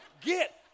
get